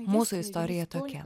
mūsų istorija tokia